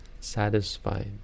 satisfied